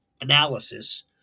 analysis